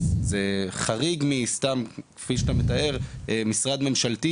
זה חריג ממה שאתה מתאר שממשרד ממשלתי